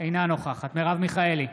אינה נוכחת מרב מיכאלי,